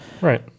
Right